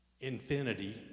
infinity